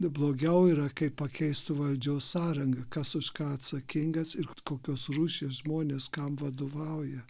blogiau yra kaip pakeistų valdžios sąrangą kas už ką atsakingas ir kokios rūšies žmonės kam vadovauja